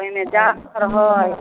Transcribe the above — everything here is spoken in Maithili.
पहिने जासर हइ